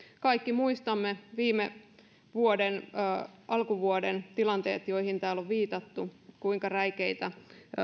kaikki muistamme viime alkuvuoden tilanteet joihin täällä on viitattu kuinka räikeitä